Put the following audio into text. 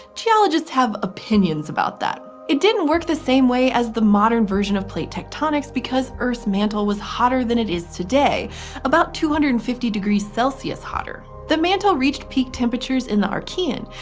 geologists have opinions about that. it didn't work the same way as the modern version of plate tectonics because earth's mantle was hotter than it is today about two hundred and fifty degrees celsius hotter. the mantle reached peak temperatures in the archean,